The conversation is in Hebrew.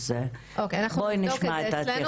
אז בואי נשמע את ההתייחסות.